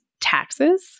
taxes